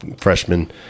freshman